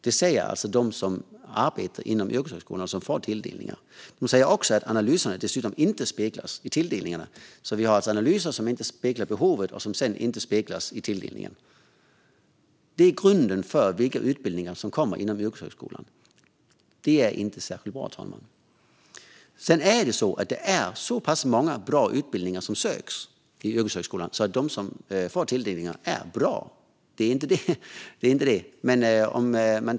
Detta säger alltså de som arbetar inom yrkeshögskolan och får tilldelningar. De säger också att analyserna inte heller speglas vid tilldelningarna. Vi har alltså analyser som inte speglar behovet, som sedan inte speglas i tilldelningen. Detta ligger till grund för vilka utbildningar som kommer inom yrkeshögskolan. Det är inte särskilt bra, fru talman. Det ansöks om många bra utbildningar inom yrkeshögskolan, så de som får tilldelningar är bra - det är inte det.